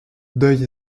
deuil